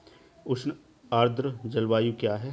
उष्ण आर्द्र जलवायु क्या है?